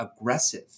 aggressive